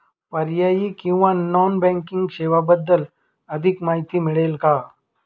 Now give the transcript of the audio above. पर्यायी किंवा non banking सेवांबद्दल अधिक माहिती मिळेल का?